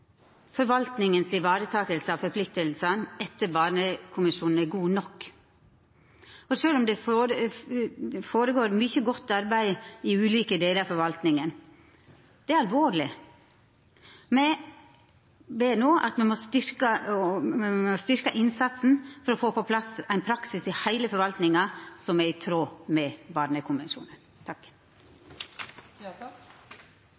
av forpliktingane etter barnekonvensjonen er god nok, sjølv om det går føre seg mykje godt arbeid i ulike delar av forvaltinga. Det er alvorleg. Me ber no om at me må styrkja innsatsen for å få på plass ein praksis i heile forvaltinga som er i tråd med barnekonvensjonen.